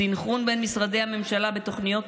סנכרון בין משרדי הממשלה בתוכניות